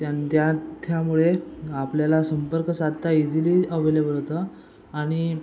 त्यान त्या त्यामुळे आपल्याला संपर्क साधता इझिली अवेलेबल होतं आणि